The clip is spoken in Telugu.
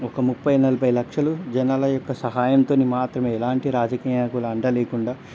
ఒక ముప్పై నలభై లక్షలు జనాల యొక్క సహాయంతోని మాత్రమే ఎలాంటి రాజకీయ నాయకుల అండ లేకుండా